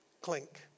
clink